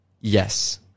yes